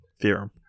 theorem